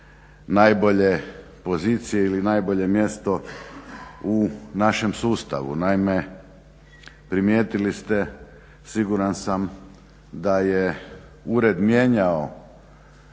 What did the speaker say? najbolje pozicije ili najbolje mjesto u našem sustavu. Naime, primijetili ste siguran sam da je ured mijenjao